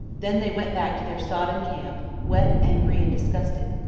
then they went back to their sodden camp wet, angry, and disgusted.